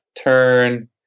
turn